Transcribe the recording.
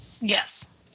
yes